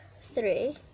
three